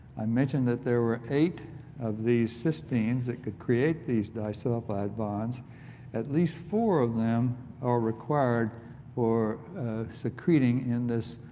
i mentioned that there were eight of these cystines that could create these disciplinary sulfide bonds at least four of them are required for secreting in this